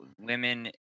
women